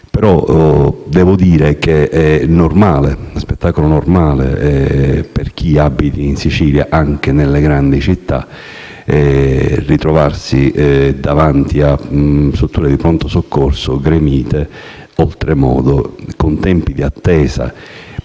bene. Devo dire, tuttavia, che è normale per chi abiti in Sicilia, anche nelle grandi città, ritrovarsi davanti a strutture di pronto soccorso gremite oltremodo, con tempi di attesa,